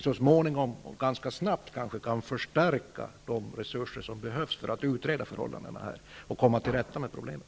Så småningom kanske vi ganska snabbt kan förstärka de resurser som behövs för att utreda förhållandena och komma till rätta med problemen.